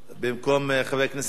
חבר הכנסת גפני,